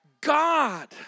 God